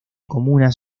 comunas